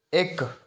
ਇੱਕ